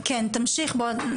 תמשיך.